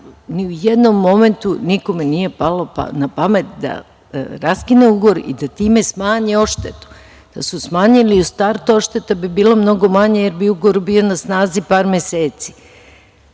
u jednom momentu nikome nije palo na pamet da raskine ugovor i da time smanji odštetu. Da su smanjili, u startu odšteta bi bila mnogo manja, jer bi ugovor bio na snazi par meseci.